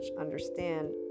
understand